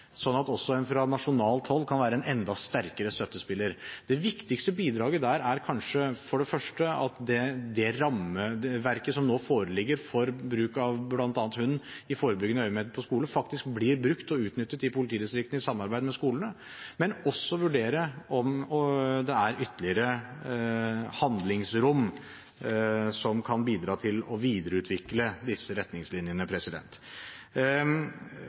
sånn at en også fra nasjonalt hold kan være en enda sterkere støttespiller. Det viktigste bidraget der er for det første kanskje at det rammeverket som nå foreligger for bruk av bl.a. hund i forebyggende øyemed på skoler, faktisk blir brukt og utnyttet i politidistriktene, i samarbeid med skolene, men også at man kan vurdere om det er ytterligere handlingsrom som kan bidra til å videreutvikle disse retningslinjene.